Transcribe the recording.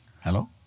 Hello